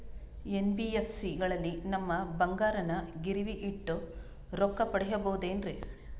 NBFC ಗಳಲ್ಲಿ ನಮ್ಮ ಬಂಗಾರನ ಗಿರಿವಿ ಇಟ್ಟು ರೊಕ್ಕ ಪಡೆಯಬಹುದೇನ್ರಿ?